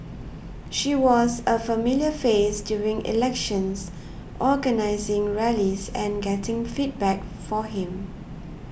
she was a familiar face during elections organising rallies and getting feedback for him